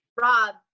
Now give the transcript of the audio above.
Rob